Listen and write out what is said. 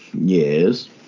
yes